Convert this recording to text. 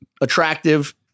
attractive